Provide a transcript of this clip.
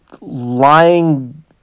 lying